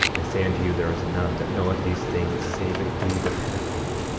i say unto you, there is none that knoweth these things, save it be the penitent.